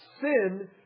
sin